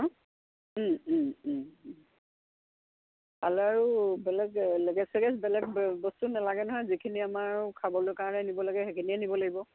ভাল আৰু বেলেগ লাগেচ চেগেছ বেলেগ বস্তু নেলাগে নহয় যিখিনি আমাৰ খাবলৈ কাৰণে নিব লাগে সেইখিনিয়ে নিব লাগিব